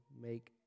make